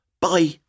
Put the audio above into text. Bye